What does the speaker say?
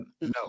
No